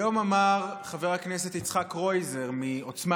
היום אמר חבר הכנסת יצחק קרויזר מעוצמה